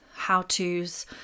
how-tos